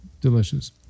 delicious